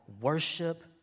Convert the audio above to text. worship